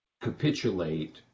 capitulate